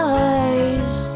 eyes